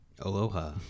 Aloha